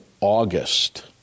August